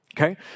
okay